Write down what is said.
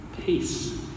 peace